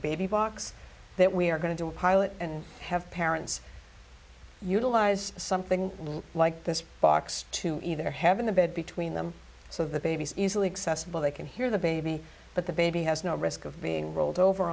baby box that we are going to do a pilot and have parents utilize something like this box to either have in the bed between them so the baby's easily accessible they can hear the baby but the baby has no risk of being rolled over